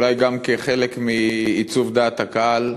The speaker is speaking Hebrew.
אולי גם כחלק מעיצוב דעת הקהל,